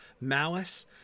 Malice